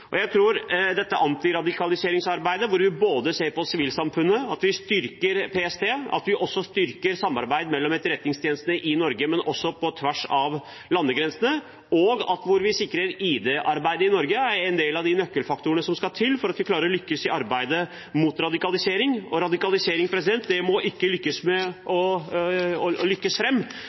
her. Jeg tror dette antiradikaliseringsarbeidet der vi ser på sivilsamfunnet, at vi styrker PST, at vi styrker samarbeidet mellom etterretningstjenestene i Norge, men også på tvers av landegrensene, og at vi sikrer ID-arbeidet i Norge, er en del av nøkkelfaktorene som skal til for at vi klarer å lykkes i arbeidet mot radikalisering. Radikalisering må ikke lykkes,